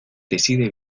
decide